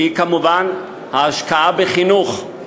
והיא כמובן ההשקעה בחינוך.